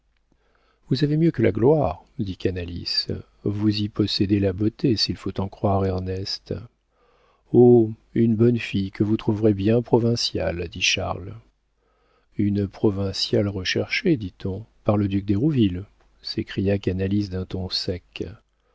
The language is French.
vous avez mieux que la gloire dit canalis vous y possédez la beauté s'il faut en croire ernest oh une bonne fille que vous trouverez bien provinciale dit charles une provinciale recherchée dit-on par le duc d'hérouville s'écria canalis d'un ton sec